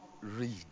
read